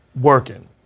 working